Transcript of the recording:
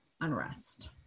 unrest